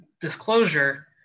disclosure